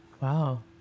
Wow